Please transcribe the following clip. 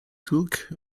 took